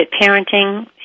parenting